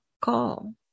call